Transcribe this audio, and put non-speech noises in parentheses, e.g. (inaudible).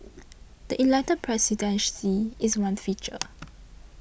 the elected presidency is one feature (noise)